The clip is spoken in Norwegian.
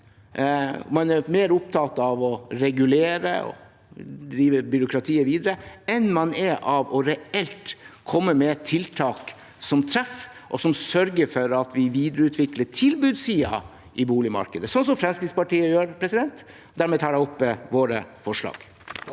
Man er mer opptatt av å regulere og drive byråkratiet videre enn man er av reelt å komme med tiltak som treffer, og som sørger for at vi videreutvikler tilbudssiden i boligmarkedet, slik som Fremskrittspartiet gjør. Dermed tar jeg opp forslagene